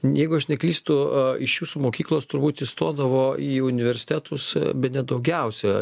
jeigu aš neklystu a iš jūsų mokyklos turbūt įstodavo į universitetus bene daugiausia